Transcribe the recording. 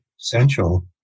essential